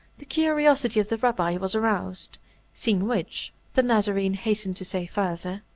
the curiosity of the rabbi was aroused seeing which, the nazarene hastened to say further,